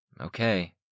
Okay